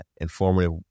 informative